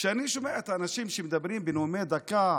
כשאני שומע את האנשים שמדברים בנאומים בני דקה